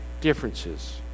differences